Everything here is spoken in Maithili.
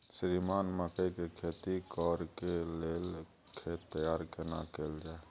श्रीमान मकई के खेती कॉर के लेल खेत तैयार केना कैल जाए?